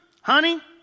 honey